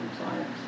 science